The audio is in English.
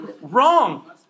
Wrong